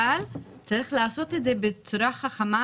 אבל צריך לעשות את זה בצורה חכמה,